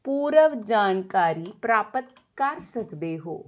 ਪੂਰਨ ਜਾਣਕਾਰੀ ਪ੍ਰਾਪਤ ਕਰ ਸਕਦੇ ਹੋ